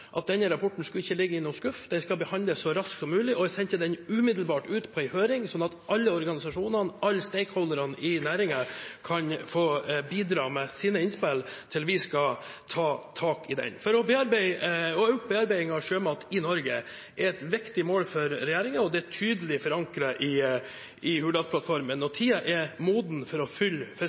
at denne rapporten ikke skulle ligge i noen skuff, men at den skulle behandles så raskt som mulig. Jeg sendte den umiddelbart ut på høring, slik at alle organisasjonene, alle stakeholderne i næringen, kan få bidra med sine innspill til vi skal ta tak i den. Økt bearbeiding av sjømat i Norge er et viktig mål for regjeringen, og det er tydelig forankret i Hurdalsplattformen. Tiden er moden for å fylle